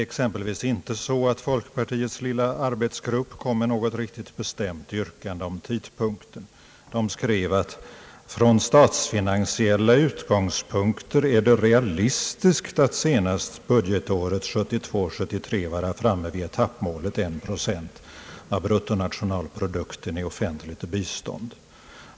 Folkpartiets lilla arbetsgrupp kom exempelvis inte med något riktigt bestämt yrkande om tidpunkten utan skrev: »Från statsfinansiella utgångspunkter är det realistiskt att senast budgetåret 1972/73 vara framme vid etappmålet en procent av bruttonationalprodukten i offentligt bistånd.